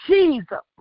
Jesus